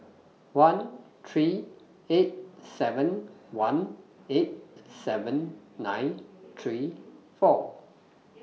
one three eight seven one eight seven nine three four